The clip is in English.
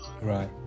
Right